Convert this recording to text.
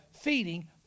feeding